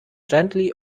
gently